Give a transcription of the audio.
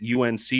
UNC